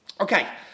Okay